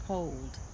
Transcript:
Hold